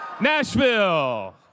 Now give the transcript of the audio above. Nashville